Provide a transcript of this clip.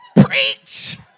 Preach